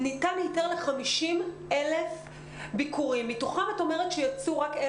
נכון להיום 1,170 תלמידים ב-52 רשויות קיבלו